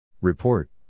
Report